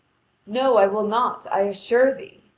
no, i will not, i assure thee.